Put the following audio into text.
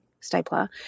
stapler